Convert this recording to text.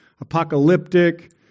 apocalyptic